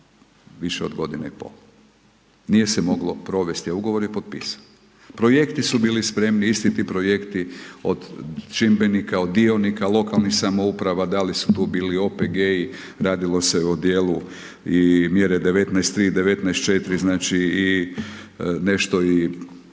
više od godine i pol, nije se moglo provesti, a ugovor je potpisan. Projekti su bili spremni, isti ti projekti od čimbenika, od dionika, lokalnih samouprava, da li su tu bili OPG-i, radilo se o dijelu i mjere 19.3 i 19.4, znači i nešto i